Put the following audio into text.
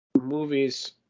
movies